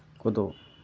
ᱠᱚᱫᱚ